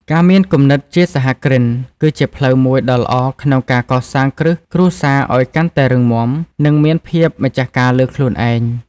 ការមានគំនិតជាសហគ្រិនគឺជាផ្លូវមួយដ៏ល្អក្នុងការកសាងគ្រឹះគ្រួសារឱ្យកាន់តែរឹងមាំ និងមានភាពម្ចាស់ការលើខ្លួនឯង។